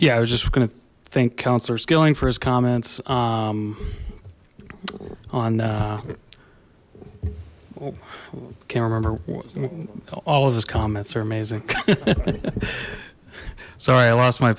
yeah i was just gonna think counselor skilling for his comments on can't remember all of his comments are amazing sorry i lost my